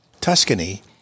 Tuscany